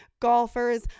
golfers